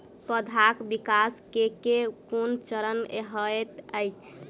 पौधाक विकास केँ केँ कुन चरण हएत अछि?